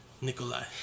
Nikolai